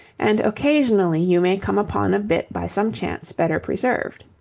and occasionally you may come upon a bit by some chance better preserved.